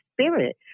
spirit